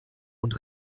und